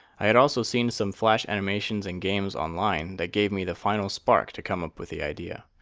i had also seen some flash animations and games online that gave me the final spark to come up with the idea.